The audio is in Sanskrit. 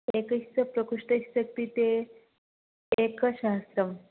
एकस्य प्रकोष्ठस्य कृते एकसहस्रं